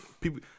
people